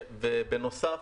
בנוסף,